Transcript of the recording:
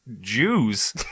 Jews